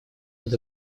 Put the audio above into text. над